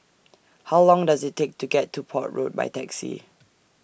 How Long Does IT Take to get to Port Road By Taxi